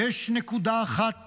יש נקודה אחת